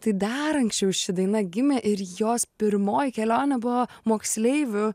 tai dar anksčiau ši daina gimė ir jos pirmoji kelionė buvo moksleivių